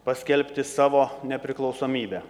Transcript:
paskelbti savo nepriklausomybę